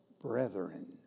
brethren